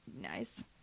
nice